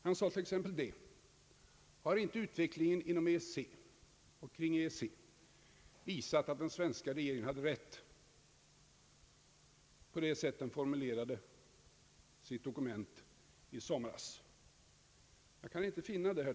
Han sade t.ex. att utvecklingen i och kring EEC visat att den svenska regeringen hade rätt i det sätt på vilket den formulerade sitt dokument i somras. Jag kan inte finna det.